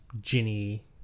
Ginny